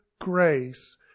grace